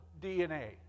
DNA